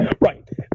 Right